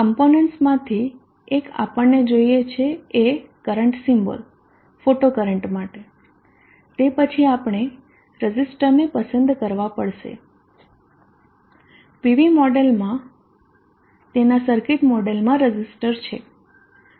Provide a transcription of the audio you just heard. components માંથી એક આપણને જોઈએ છે એ કરંટ સિમ્બોલ ફોટો કરંટ માટે તે પછી આપણે રઝિસ્ટરને પસંદ કરવા પડશે PV મોડેલમાં તેના સર્કિટ મોડેલમાં રઝિસ્ટર છે